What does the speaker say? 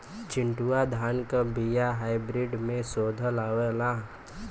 चिन्टूवा धान क बिया हाइब्रिड में शोधल आवेला?